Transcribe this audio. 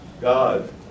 God